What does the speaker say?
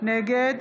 נגד